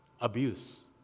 abuse